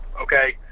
okay